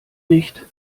nicht